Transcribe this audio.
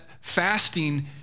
fasting